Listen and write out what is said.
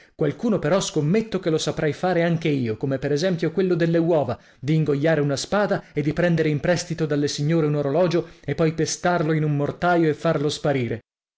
qualcuno però scommetto che lo saprei fare anche io come per esempio quello delle uova di ingoiare una spada e di prendere in prestito dalle signore un orologio e poi pestarlo in un mortaio e farlo sparire